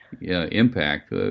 impact